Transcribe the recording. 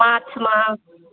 माछ मार